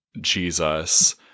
Jesus